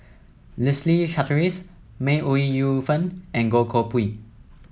Leslie Charteris May Ooi Yu Fen and Goh Koh Pui